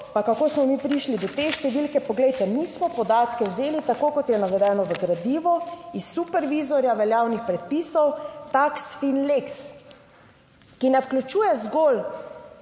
pa kako smo mi prišli do te številke. Poglejte, mi smo podatke vzeli tako kot je navedeno v gradivu iz super vizorja veljavnih predpisov Tax fin lex, ki ne vključuje zgolj